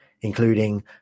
including